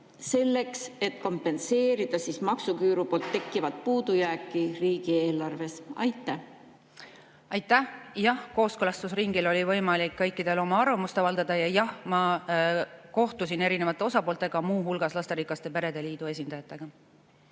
selleks et kompenseerida maksuküüru tõttu tekkivat puudujääki riigieelarves? Aitäh! Jah, kooskõlastusringil oli võimalik kõikidel oma arvamust avaldada ja jah, ma kohtusin erinevate osapooltega, muu hulgas lasterikaste perede liidu esindajatega.